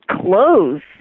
clothes